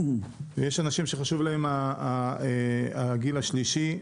יש אנשים שחשוב להם הגיל השלישי,